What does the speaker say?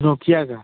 नोखिया का